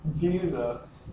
Jesus